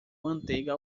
manteiga